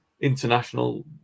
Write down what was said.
international